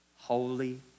Holy